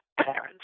parents